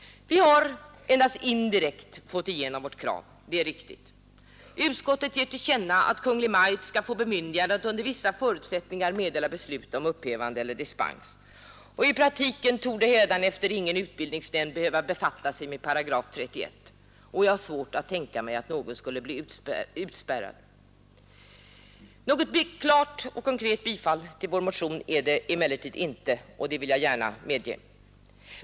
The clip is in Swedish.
Vi har fått igenom vårt krav endast indirekt — det är riktigt. Utskottet föreslår att riksdagen skall bemyndiga Kungl. Maj:t att under vissa förutsättningar meddela beslut om upphävande eller dispens. I praktiken torde hädanefter ingen utbildningsnämnd behöva befatta sig med 31 §, och jag har svårt att tänka mig att någon skulle bli utspärrad hädanefter. Något klart och konkret bifall till vår motion är det emellertid inte. Det vill jag gärna medge.